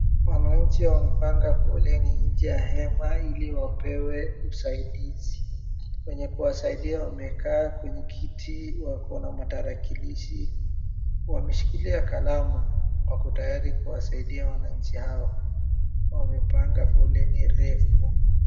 Wananchi wamepanaga foleni nje ya hema ili wapewe usaidizi. Wenye kuwasaidia wamekaa kwenye kiti wako na matarakilishi. Wameshikilia kalamu wako tayari kuwasaidia wananchi hawa. Wamepanga foleni refu.